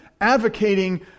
advocating